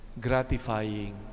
gratifying